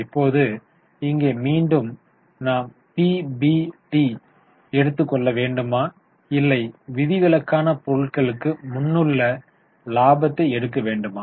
இப்போது இங்கே மீண்டும் நாம் பிபிடி ஐ எடுத்துக்கொள்ள வேண்டுமா இல்லை விதிவிலக்கான பொருட்களுக்கு முன்னுள்ள லாபத்தை எடுக்க வேண்டுமா